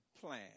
plan